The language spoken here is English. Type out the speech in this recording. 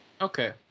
okay